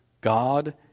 God